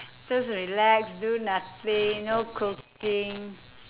just relax do nothing no cooking